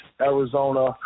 Arizona